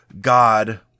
God